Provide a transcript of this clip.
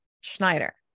Schneider